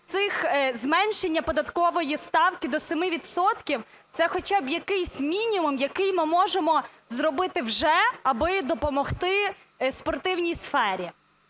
зменшення податкової ставки до 7 відсотків – це хоча б якийсь мінімум, який ми можемо зробити вже, аби допомогти спортивній сфері.